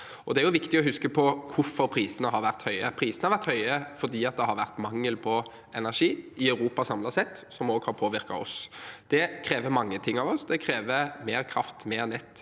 Det er jo viktig å huske på hvorfor prisene har vært høye. Prisene har vært høye fordi det har vært mangel på energi i Europa samlet sett, som også har påvirket oss. Det krever mange ting av oss. Det krever mer kraft, mer nett